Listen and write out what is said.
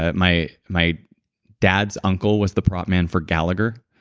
ah my my dad's uncle was the prop man for gallagher.